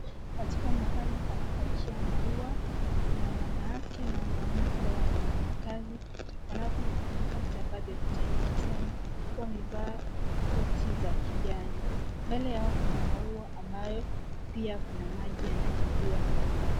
Katika mahali pa kupakia maua, kuna wanawake na wanaume ambao wanafanya kazi. Wanawake wamejifunika vitambaa vya kijani kichwani huku wamevaa koti za kijani. Mbele yao kuna maua ambayo pia kuna maji yanayomwagiwa hayo maua.